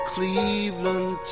Cleveland